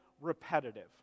repetitive